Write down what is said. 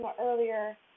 earlier